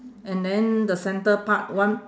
and then the centre part one